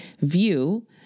view